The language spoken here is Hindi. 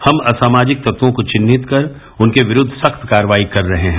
हम असामाजिक तत्वों को चिहित कर उनके विरूद्व सख्त कार्यवाही कर रहे हैं